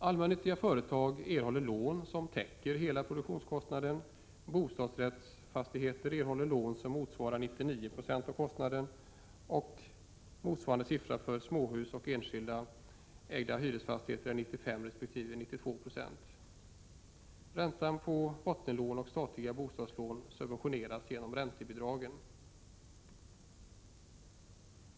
Allmännyttiga företag erhåller lån som täcker hela produktionskonstnaden, bostadsrättsfastigheter erhåller lån till 99 26 av kostnaden, och motsvarande siffra för småhus och enskilt ägda hyresfastigheter är 95 resp. 92 90. 13 Räntan på bottenlån och statliga bostadslån subventioneras genom räntebidrag.